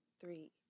three